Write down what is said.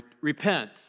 repent